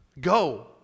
Go